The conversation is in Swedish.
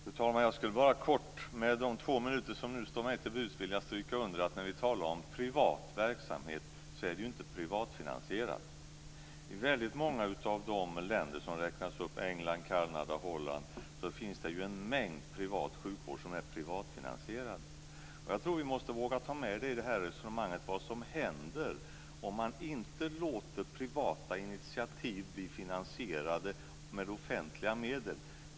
Fru talman! Jag skulle bara kort, med de två minuter som nu står mig till buds, vilja stryka under att när vi talar om privat verksamhet är det inte privatfinansiserad sådan. I väldigt många av de länder som räknas upp, som England, Kanada och Holland, finns en mängd privat sjukvård som är privatfinansierad. Jag tror att vi i det resonemanget måste våga ta med vad som händer om man inte låter privata initiativ bli finansierade med offentliga medel.